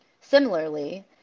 Similarly